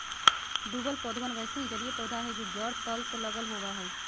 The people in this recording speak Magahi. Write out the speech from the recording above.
डूबल पौधवन वैसे ही जलिय पौधा हई जो जड़ तल से लगल होवा हई